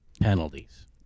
penalties